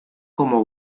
como